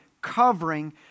covering